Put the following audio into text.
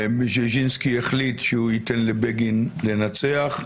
ובז'יז'ינסקי החליט שהוא ייתן לבגין לנצח.